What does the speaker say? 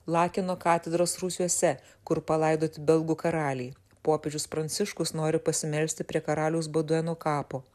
lakino katedros rūsiuose kur palaidoti belgų karaliai popiežius pranciškus nori pasimelsti prie karaliaus bodueno kapo